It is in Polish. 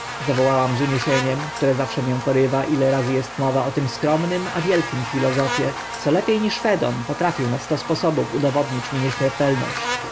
zawołałam z uniesieniem które mię zawsze porywa ile razy est mowa o tym skromnym a wielkim filozofie co lepie niż fedon potrafił na sto sposobów udowodnić mi nieśmiertelność